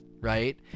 right